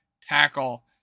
tackle